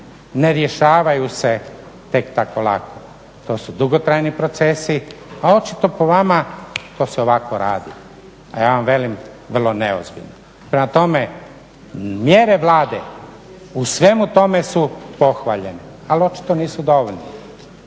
ne rješavaju se tek tako lako. To su dugotrajni procesi, a očito po vama to se ovako radi, a ja vam velim vrlo neozbiljno. Prema tome, mjere Vlade u svemu tome su pohvaljene ali očito nisu dovoljno.